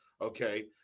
Okay